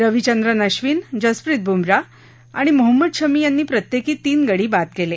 रविचंद्रन अश्विन जसप्रित बुमरा आणि मोहम्मद शमी यांनी प्रत्येकी तीन गडी बाद केले